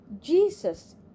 Jesus